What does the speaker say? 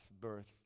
birth